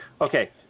okay